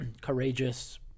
courageous